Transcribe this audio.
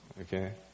okay